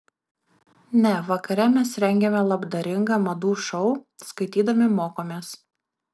ne vakare mes rengiame labdaringą madų šou skaitydami mokomės